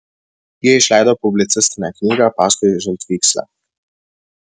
ji išleido publicistinę knygą paskui žaltvykslę